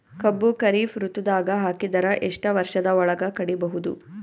ಕಬ್ಬು ಖರೀಫ್ ಋತುದಾಗ ಹಾಕಿದರ ಎಷ್ಟ ವರ್ಷದ ಒಳಗ ಕಡಿಬಹುದು?